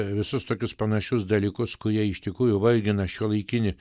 visus tokius panašius dalykus kurie iš tikrųjų valdymą šiuolaikinį